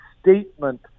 statement